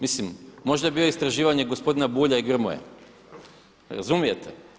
Mislim, možda je bilo istraživanje gospodina Bulja i Grmoje, razumijete?